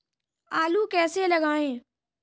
आलू कैसे लगाएँ?